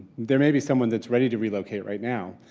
there may be someone that is ready to relocate right now,